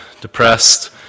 depressed